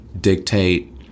dictate